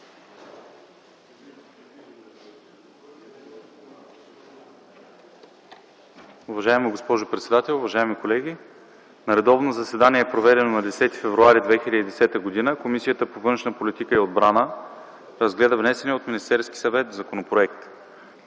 Уважаема госпожо председател, уважаеми колеги! „На редовно заседание, проведено на 10 февруари 2010 г., Комисията по външна политика и отбрана разгледа внесения от Министерския съвет законопроект.